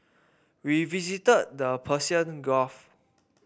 we visited the Persian Gulf